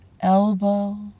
elbow